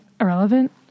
irrelevant